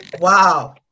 Wow